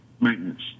maintenance